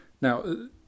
Now